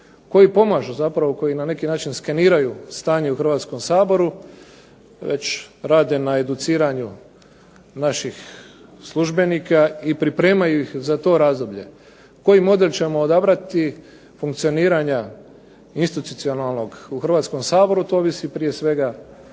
koji pomažu zapravo, koji na neki način skeniraju stanje u Hrvatskom saboru već rade na educiranju naših službenika i pripremaju ih za to razdoblje. Koji model ćemo odabrati funkcioniranja institucionalnog u Hrvatskom saboru to ovisi prije svega